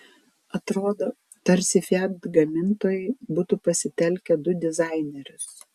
atrodo tarsi fiat gamintojai būtų pasitelkę du dizainerius